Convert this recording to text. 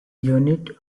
unit